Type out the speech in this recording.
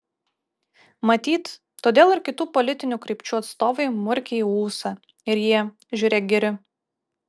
matyt todėl ir kitų politinių krypčių atstovai murkia į ūsą ir jie žiūrėk geri